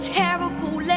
terrible